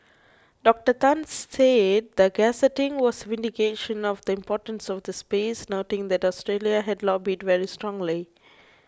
Doctor Tan said the gazetting was vindication of the importance of the space noting that Australia had lobbied very strongly